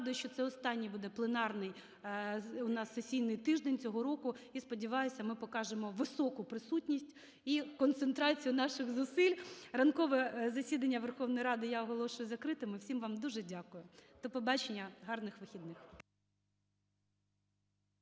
Нагадую, що це останній буде пленарний у нас сесійний тиждень цього року, і, сподіваюся, ми покажемо високу присутність і концентрацію наших зусиль. Ранкове засідання Верховної Ради я оголошую закритим. І всім вам дуже дякую.